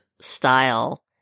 style